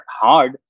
hard